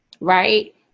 right